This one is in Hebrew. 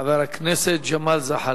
חבר הכנסת ג'מאל זחאלקה.